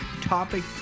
topic